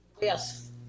Yes